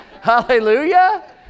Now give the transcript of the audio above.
Hallelujah